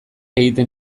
egiten